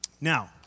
Now